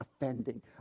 offending